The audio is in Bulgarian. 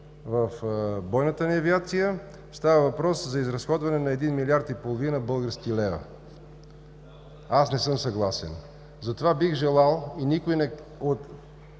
в бойната ни авиация, става въпрос за изразходване на един милиард и половина български лева. Аз не съм съгласен. Затова бих желал тези коментари,